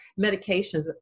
medications